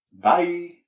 Bye